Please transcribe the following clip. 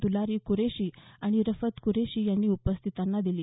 दुलारी कुरेशी आणि रफत कुरेशी यांनी उपस्थितांना दिली